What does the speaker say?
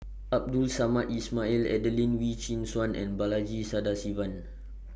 Abdul Samad Ismail Adelene Wee Chin Suan and Balaji Sadasivan